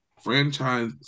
franchise